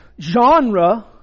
genre